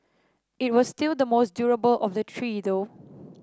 it was still the most durable of the three though